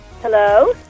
Hello